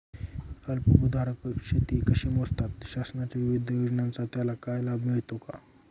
अल्पभूधारक शेती कशी मोजतात? शासनाच्या विविध योजनांचा त्याला लाभ मिळतो का?